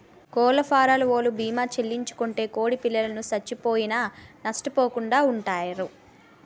కోళ్లఫారవోలు భీమా చేయించుకుంటే కోడిపిల్లలు సచ్చిపోయినా నష్టపోకుండా వుంటారు